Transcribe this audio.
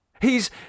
He's